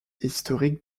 historique